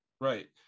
right